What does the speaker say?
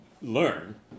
learn